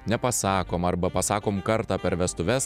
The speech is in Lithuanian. nepasakom arba pasakom kartą per vestuves